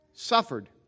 Suffered